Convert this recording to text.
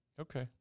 Okay